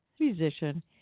musician